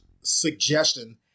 suggestion